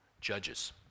Judges